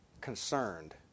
concerned